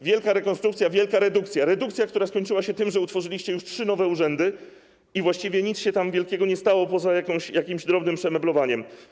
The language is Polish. Wielka rekonstrukcja, wielka redukcja, redukcja, która skończyła się tym, że utworzyliście już trzy nowe urzędy i właściwie nic się tam wielkiego nie stało poza jakimś drobnym przemeblowaniem.